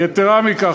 יתרה מכך,